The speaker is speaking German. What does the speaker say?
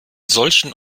solchen